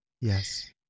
Yes